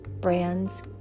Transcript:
brands